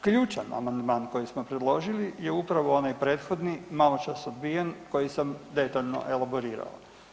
Ključan amandman koji smo predložili je upravo onaj prethodni maločas odbijen koji sam detaljno elaborirao.